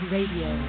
Radio